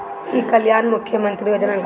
ई कल्याण मुख्य्मंत्री योजना का है?